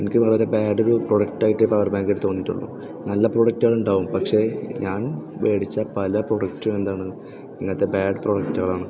എനിക്ക് വളരെ ബാഡായ ഒരു പ്രോഡക്റ്റായിട്ടേ പവർ ബാങ്ക് തോന്നിയിട്ടുള്ളു നല്ല പ്രോഡക്റ്റുകൾ ഉണ്ടാകും പക്ഷേ ഞാൻ മേടിച്ച പല പ്രോഡക്റ്റും എന്താണ് ഇങ്ങനത്തെ ബാഡ് പ്രോഡക്റ്റ്കളാണ്